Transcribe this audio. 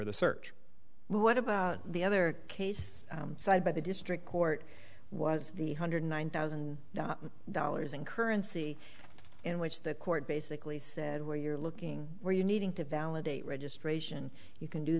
of the search what about the other case cited by the district court was the hundred one thousand dollars in currency in which the court basically said where you're looking or you needing to validate registration you can do